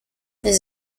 this